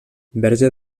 verge